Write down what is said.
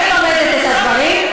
אני לומדת את הדברים,